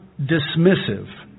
dismissive